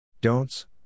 Don'ts